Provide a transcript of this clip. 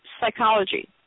psychology